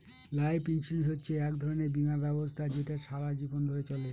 life insurance হচ্ছে এক ধরনের বীমা ব্যবস্থা যেটা সারা জীবন ধরে চলে